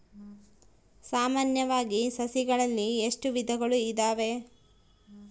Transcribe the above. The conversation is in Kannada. ಸಾಮಾನ್ಯವಾಗಿ ಸಸಿಗಳಲ್ಲಿ ಎಷ್ಟು ವಿಧಗಳು ಇದಾವೆ?